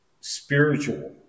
spiritual